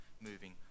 moving